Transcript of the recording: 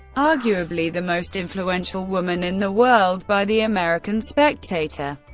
arguably the most influential woman in the world by the american spectator,